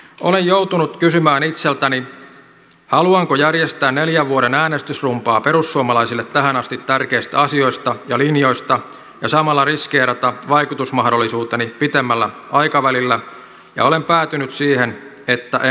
olen joutunut kysymään itseltäni haluanko järjestää neljän vuoden äänestysrumbaa perussuomalaisille tähän asti tärkeistä asioista ja linjoista ja samalla riskeerata vaikutusmahdollisuuteni pitemmällä aikavälillä ja olen päätynyt siihen että en halua